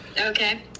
okay